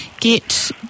get